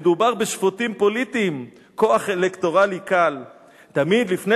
מדובר בשפוטים פוליטיים/ כוח אלקטורלי קל/ תמיד לפני